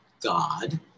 God